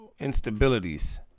Instabilities